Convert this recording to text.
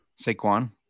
saquon